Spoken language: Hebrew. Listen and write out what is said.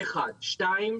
דבר שני,